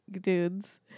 dudes